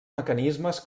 mecanismes